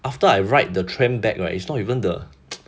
after I ride the train back right it's not the